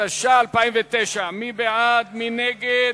התש"ע 2009, נא להצביע.